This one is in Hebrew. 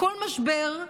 כל משבר,